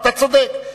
אתה צודק.